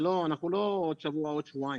אנחנו לא בעוד שבוע או עוד שבועיים.